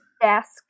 desk